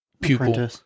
pupil